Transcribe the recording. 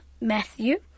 Matthew